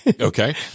Okay